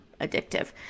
addictive